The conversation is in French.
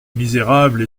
misérable